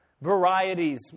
varieties